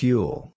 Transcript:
Fuel